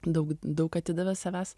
daug daug atidavė savęs